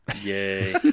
Yay